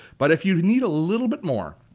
but if you need a little bit more,